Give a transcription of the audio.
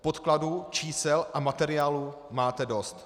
Podkladů, čísel a materiálů máte dost.